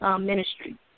ministry